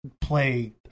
play